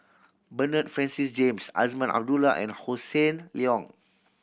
Bernard Francis James Azman Abdullah and Hossan Leong